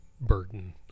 burden